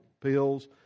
pills